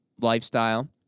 lifestyle